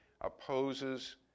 opposes